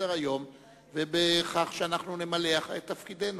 בסדר-היום ובכך שנמלא את תפקידנו,